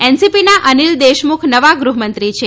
એનસીપીના અનિલ દેશમુખ નવા ગૃહ મંત્રી છે